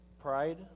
pride